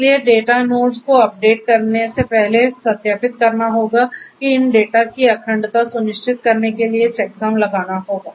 इसलिए data nodes को update करने से पहले सत्यापित करना होगा कि इन डेटा की अखंडता सुनिश्चित करने के लिए चेकसम लगाना होगा